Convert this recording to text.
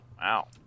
wow